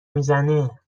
میزنه